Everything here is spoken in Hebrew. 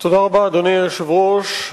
אדוני היושב-ראש,